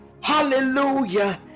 Hallelujah